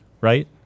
right